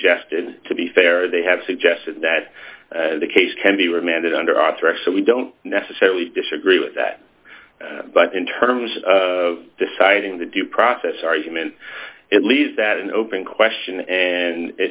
suggested to be fair they have suggested that the case can be remanded under authoress so we don't necessarily disagree with that but in terms of deciding the due process argument it leaves that an open question